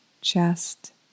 chest